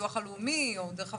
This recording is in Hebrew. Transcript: הביטוח הלאומי או דרך הוועדות,